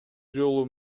жолу